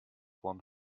one